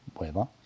weather